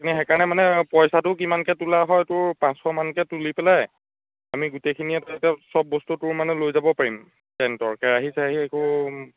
আমি সেইকাৰণে মানে পইচাটো কিমানকৈ তোলা হয় তোৰ পাঁচশমানকৈ তুলি পেলাই আমি গোটেইখিনিয়ে তেতিয়া চ'ব বস্তু তোৰ মানে লৈ যাব পাৰিম টেন্টৰ কেৰাহী চেৰাহী একো